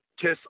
Kiss